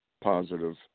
positive